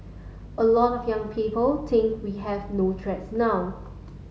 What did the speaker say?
a lot of young people think we have no threats now